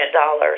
dollars